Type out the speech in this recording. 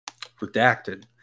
redacted